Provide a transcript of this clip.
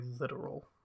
literal